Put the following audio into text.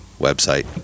website